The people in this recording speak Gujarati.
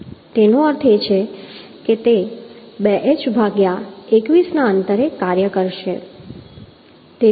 તેનો અર્થ એ છે કે તે 2h ભાગ્યા 21 ના અંતરે કાર્ય કરશે